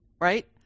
right